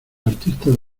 artistas